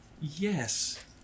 yes